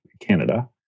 Canada